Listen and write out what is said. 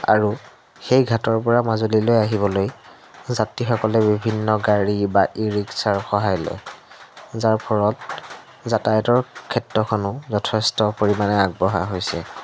আৰু সেই ঘাটৰপৰা মাজুলীলৈ আহিবলৈ যাত্ৰীসকলে বিভিন্ন গাড়ী বা ই ৰিক্সাৰ সহায় লয় যাৰফলত যাতায়তৰ ক্ষেত্ৰখনো যথেষ্ট পৰিমাণে আগবঢ়া হৈছে